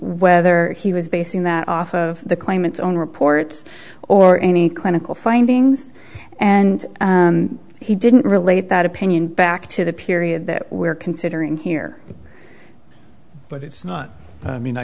whether he was basing that off of the claimants on reports or any clinical findings and he didn't relate that opinion back to the period that we're considering here but it's not mean i